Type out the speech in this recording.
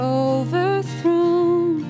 overthrown